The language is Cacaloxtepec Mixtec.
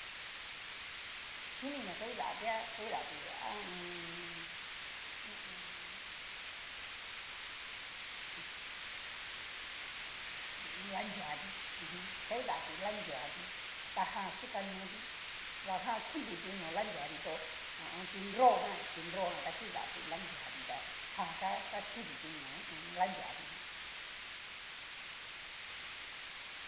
Shini na akidati akidati ho o on. hu u un. hí hu u un. lia nruati jan ha hidati lia nruati tajan xhikanoti va jan kiditi no lia nruti tó ho o on. ti nrojan, ti nrojan kidati lia nruati ta jan ka kakiditi nó ho o on. lia nruatijan.